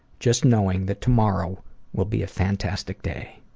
just knowing that tomorrow will be a fantastic day.